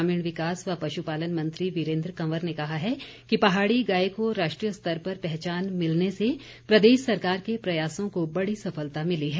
ग्रामीण विकास व पशुपालन मंत्री वीरेंद्र कंवर ने कहा है कि पहाड़ी गाय को राष्ट्रीय स्तर पर पहचान मिलने से प्रदेश सरकार के प्रयासों को बड़ी सफलता मिली है